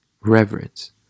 Reverence